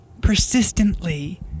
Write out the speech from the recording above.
persistently